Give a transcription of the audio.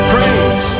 Praise